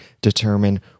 determine